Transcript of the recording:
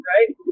Right